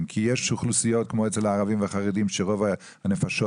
כי יש אוכלוסיות כמו אצל הערבים וחרדים שרוב הנפשות